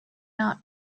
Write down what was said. not